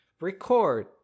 record